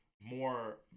more